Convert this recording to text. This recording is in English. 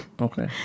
Okay